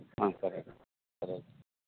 ஆ சரி ரைட்டுங்க சரி வையுங்க